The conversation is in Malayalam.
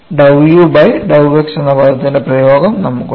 dou u by dou x എന്ന പദത്തിന്റെ പ്രയോഗം നമുക്കുണ്ട്